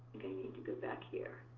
need to go back here.